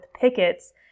pickets